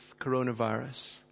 coronavirus